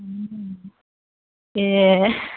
ओम ए